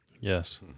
Yes